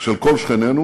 של כל שכנינו,